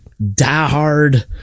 diehard